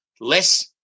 less